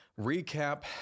recap